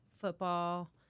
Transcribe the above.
football